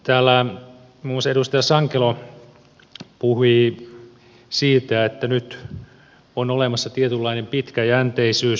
täällä muun muassa edustaja sankelo puhui siitä että nyt on olemassa tietynlainen pitkäjänteisyys